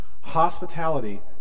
Hospitality